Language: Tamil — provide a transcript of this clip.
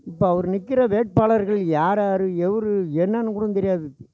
இப்போ அவரு நிற்கிற வேட்பாளர்கள் யாராரு எவரு என்னன்னு கூட தெரியாது